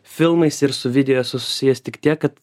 filmais ir su video esu susijęs tik tiek kad